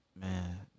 man